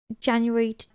january